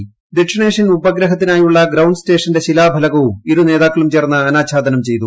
ദ്ദക്ഷിണേഷ്യൻ ഉപഗ്രഹത്തിനായുള്ള ഗ്രൌണ്ട് സ്റ്റേഷന്റെയും ശിലാഫലിക്ട്പു് ഇരു നേതാക്കളും ചേർന്ന് അനാച്ഛാദനം ചെയ്തു